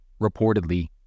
Reportedly